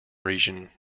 region